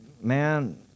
man